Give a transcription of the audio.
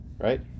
right